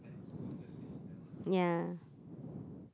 yeah